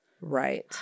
Right